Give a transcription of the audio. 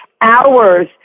hours